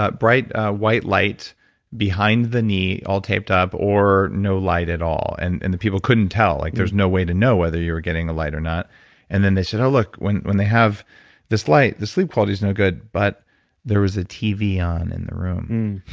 bright ah white light behind the knee all taped up or no light at all and and the people couldn't tell. like there's no way to know whether you were getting the light or not and then they said oh look, when when they have this light the sleep quality's no good but there was a tv on in the room